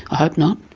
i hope not.